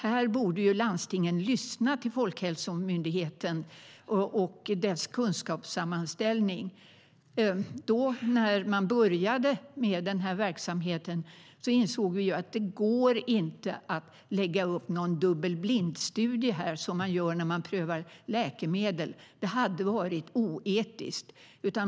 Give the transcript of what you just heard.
Här borde landstingen lyssna på Folkhälsomyndigheten och dess kunskapssammanställning. När man började med den här verksamheten insåg vi att här går det inte att lägga upp någon dubbelblindstudie, som man gör när man prövar läkemedel. Det hade varit oetiskt.